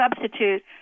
substitute